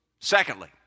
Secondly